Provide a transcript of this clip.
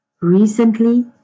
Recently